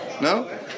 No